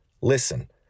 Listen